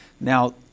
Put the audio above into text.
Now